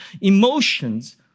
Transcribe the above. emotions